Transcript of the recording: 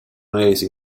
resi